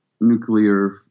nuclear